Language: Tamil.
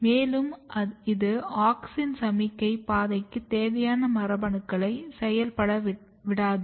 மேலும் இது ஆக்ஸின் சமிக்ஞை பாதைக்கு தேவையான மரபணுக்களை செயல்படவ்விடாது